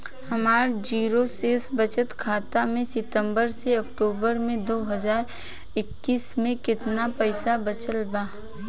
हमार जीरो शेष बचत खाता में सितंबर से अक्तूबर में दो हज़ार इक्कीस में केतना पइसा बचल बा?